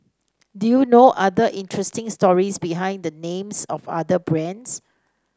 do you know other interesting stories behind the names of other brands